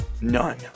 none